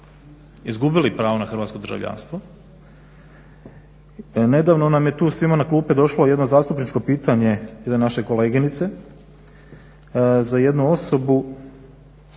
izgubili pravo na hrvatsko državljanstvo. Nedavno nam je tu svima na klupe došlo jedno zastupničko pitanje jedne naše koleginice za jednu osobu